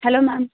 hello ma'am